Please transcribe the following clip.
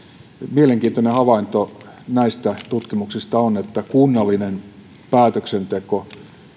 mielenkiintoinen havainto näistä tutkimuksista on että kunnallinen päätöksenteko